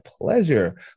pleasure